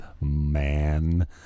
man